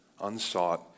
unsought